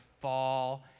fall